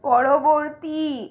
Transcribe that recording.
পরবর্তী